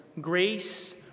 grace